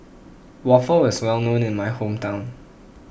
Waffle is well known in my hometown